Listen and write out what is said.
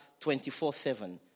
24-7